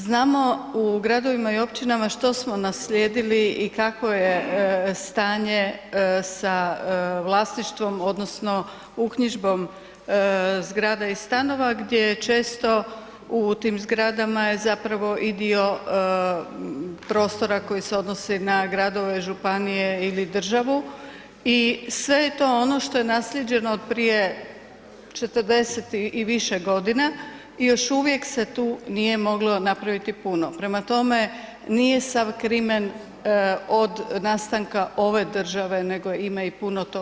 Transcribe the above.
Znamo u gradovima i općinama što smo nasljedili i kakvo je stanje sa vlasništvom odnosno uknjižbom zgrada i stanova gdje često u tim zgradama je zapravo i dio prostora koji se odnosi na gradove, županije ili državu i sve je to ono što je nasljeđeno od prije 40 i više godina i još uvijek se tu nije moglo napraviti puno, prema tome nije sav krimen od nastanka ove države nego ima i puno toga prije.